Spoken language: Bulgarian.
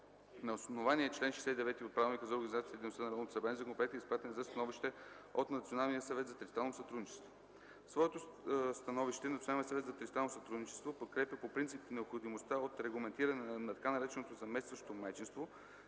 На основание чл. 69 от Правилника за организацията и дейността на Народното събрание законопроектът е изпратен за становище от Националния съвет за тристранно сътрудничество. В своето становище Националният съвет за тристранно сътрудничество подкрепя по принцип необходимостта от регламентиране на така нареченото „заместващо майчинство”,